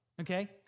Okay